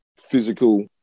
physical